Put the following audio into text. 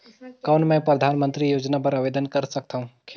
कौन मैं परधानमंतरी योजना बर आवेदन कर सकथव?